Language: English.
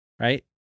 Right